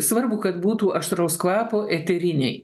svarbu kad būtų aštraus kvapo eteriniai